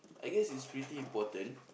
I guess it's pretty important